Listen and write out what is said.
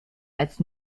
als